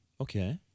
Okay